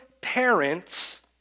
parents